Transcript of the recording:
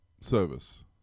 service